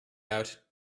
out